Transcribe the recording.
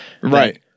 Right